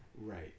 Right